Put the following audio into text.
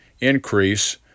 increase